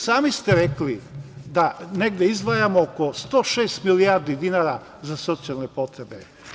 Sami ste rekli da negde izdvajamo oko 106 milijardi dinara za socijalne potrebe.